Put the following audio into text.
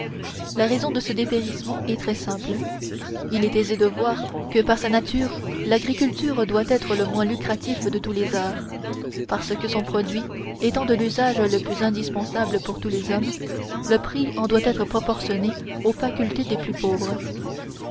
la raison de ce dépérissement est très simple il est aisé de voir que par sa nature l'agriculture doit être le moins lucratif de tous les arts parce que son produit étant de l'usage le plus indispensable pour tous les hommes le prix en doit être proportionné aux facultés des plus pauvres